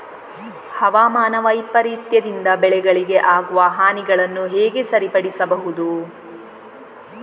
ಹವಾಮಾನ ವೈಪರೀತ್ಯದಿಂದ ಬೆಳೆಗಳಿಗೆ ಆಗುವ ಹಾನಿಗಳನ್ನು ಹೇಗೆ ಸರಿಪಡಿಸಬಹುದು?